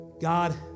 God